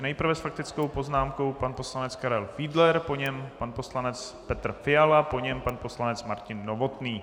Nejprve s faktickou poznámkou pan poslanec Karel Fiedler, po něm pan poslanec Petr Fiala, po něm pan poslanec Martin Novotný.